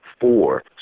four